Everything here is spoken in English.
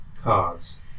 Cards